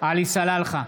עלי סלאלחה,